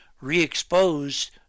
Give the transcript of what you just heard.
re-exposed